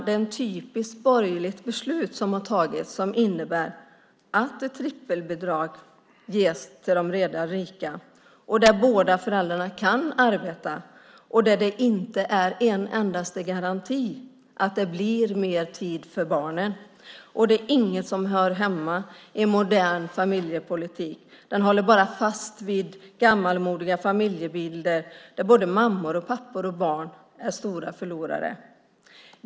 Det är ett typiskt borgerligt beslut som har tagits, som innebär att ett trippelbidrag ges till de redan rika, där båda föräldrarna kan arbeta och där det inte finns någon endaste garanti för att det blir mer tid för barnen. Det är inget som hör hemma i modern familjepolitik. Den håller bara fast vid gammalmodiga familjebilder där både mammor, pappor och barn är stora förlorare.